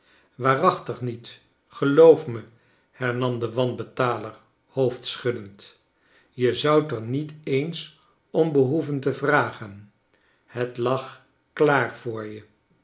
waarachtig niet geloof ine hernam de wanbetaler hoofdschuddened je zoudt er niet eens om behoeven te vragen het lag klaar voor je